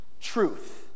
truth